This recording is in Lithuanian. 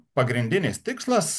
pagrindinis tikslas